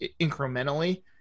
incrementally